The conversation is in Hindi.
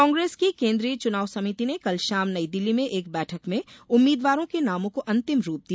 कांग्रेस की केन्द्रीय चुनाव समिति ने कल शाम नई दिल्ली में एक बैठक में उम्मीदवारों के नामों को अंतिम रूप दिया